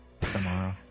Tomorrow